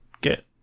get